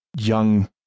young